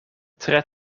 tre